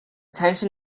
tension